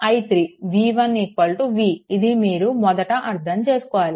v1 v ఇది మీరు మొదట అర్థం చేసుకోవాలి